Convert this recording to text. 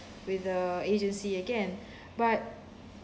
with the agency again but